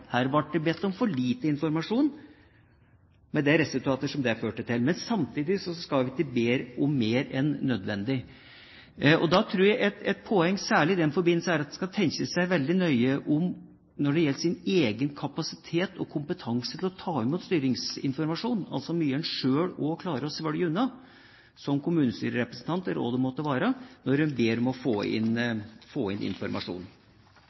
Her ble det bedt om for lite informasjon, med de resultater som det førte til. Men samtidig skal vi ikke be om mer enn nødvendig. Da tror jeg et poeng særlig i den forbindelse er at en skal tenke seg veldig nøye om når det gjelder sin egen kapasitet og kompetanse til å ta imot styringsinformasjon – altså hvor mye en selv klarer å svelge unna, som kommunestyrerepresentant eller hva det måtte være – når en ber om å få inn informasjon.